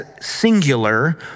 singular